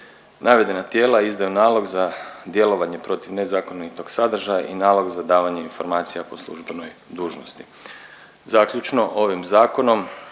Navedena tijela izdaju nalog za djelovanje protiv nezakonitog sadržaja i nalog za davanje informacija po službenoj dužnosti. Zaključno, ovim zakonom